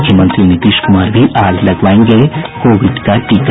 मुख्यमंत्री नीतीश कुमार भी आज लगवायेंगे कोविड का टीका